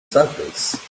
circles